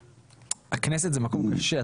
הכנסת זה מקום קשה.